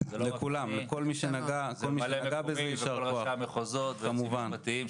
זה כל ראשי המחוזות והיועצים המשפטיים,